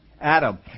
Adam